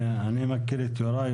אני מכיר את יוראי.